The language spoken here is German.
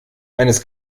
eines